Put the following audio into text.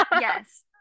Yes